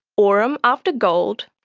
aurum after gold,